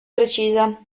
precisa